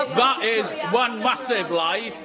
ah but is one massive lie,